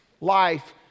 life